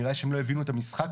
נראה שהם לא הבינו את המשחק,